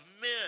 men